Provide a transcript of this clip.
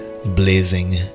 blazing